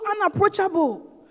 unapproachable